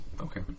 Okay